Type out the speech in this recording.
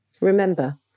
Remember